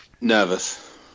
nervous